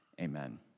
Amen